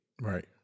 Right